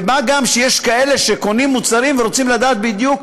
ומה גם שיש כאלה שקונים מוצרים ורוצים לדעת בדיוק,